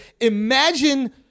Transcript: imagine